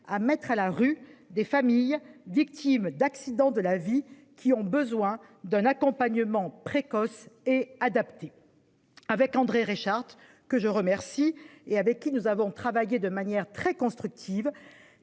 à mettre à la rue des familles Dick Tim d'accidents de la vie qui ont besoin d'un accompagnement précoce et adaptée. Avec André Reichardt que je remercie et avec qui nous avons travaillé de manière très constructive.